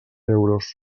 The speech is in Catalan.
euros